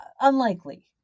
unlikely